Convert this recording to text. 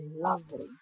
lovely